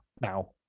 now